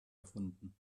erfunden